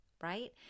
right